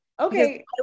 Okay